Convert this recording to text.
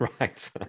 right